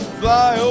fly